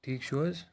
ٹِھیٖک چھو حظ